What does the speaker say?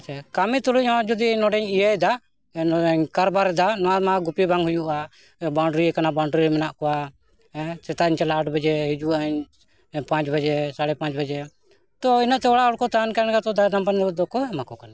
ᱥᱮ ᱠᱟᱹᱢᱤ ᱛᱩᱞᱩᱡ ᱦᱚᱸ ᱡᱩᱫᱤ ᱱᱚᱰᱮᱧ ᱤᱭᱟᱹᱭᱮᱫᱟ ᱱᱚᱣᱟᱧ ᱠᱟᱨᱵᱟᱨ ᱮᱫᱟ ᱱᱚᱣᱟ ᱢᱟ ᱜᱩᱯᱤ ᱵᱟᱝ ᱦᱩᱭᱩᱜᱼᱟ ᱵᱟᱣᱩᱱᱰᱟᱨᱤ ᱟᱠᱟᱱᱟ ᱵᱟᱣᱩᱱᱰᱟᱨᱤᱨᱮ ᱢᱮᱱᱟᱜ ᱠᱚᱣᱟ ᱦᱮᱸ ᱥᱮᱛᱟᱜ ᱤᱧ ᱪᱟᱞᱟᱜᱼᱟ ᱟᱴ ᱵᱟᱡᱮ ᱦᱤᱡᱩᱜᱼᱟᱹᱧ ᱯᱟᱸᱪ ᱵᱟᱡᱮ ᱥᱟᱲᱮ ᱯᱟᱸᱪ ᱵᱟᱡᱮ ᱛᱚ ᱤᱱᱟᱹᱛᱮ ᱚᱲᱟᱜ ᱦᱚᱲ ᱠᱚ ᱛᱟᱦᱮᱱ ᱠᱟᱱ ᱜᱮᱭᱟ ᱛᱚ ᱫᱟᱜ ᱫᱚᱠᱚ ᱮᱢᱟᱠᱚ ᱠᱟᱱ ᱜᱮᱭᱟ